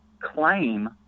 claim